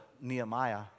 Nehemiah